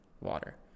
water